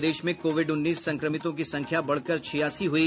प्रदेश में कोविड उन्नीस संक्रमितों की संख्या बढ़कर छियासी हुई